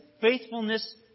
faithfulness